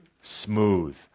smooth